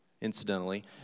incidentally